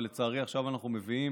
ולצערי עכשיו אנחנו מביאים